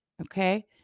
Okay